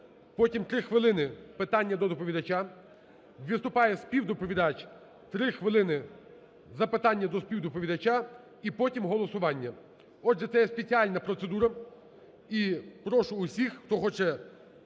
потім три хвилини – питання до доповідача. Виступає співдоповідач, три хвилини – запитання до співдоповідача і потім – голосування. Отже, це є спеціальна процедура, і прошу усіх, хто хоче